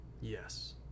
Yes